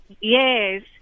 Yes